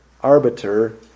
arbiter